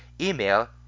Email